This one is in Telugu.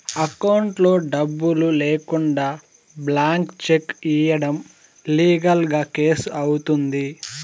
అకౌంట్లో డబ్బులు లేకుండా బ్లాంక్ చెక్ ఇయ్యడం లీగల్ గా కేసు అవుతుంది